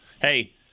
Hey